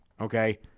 Okay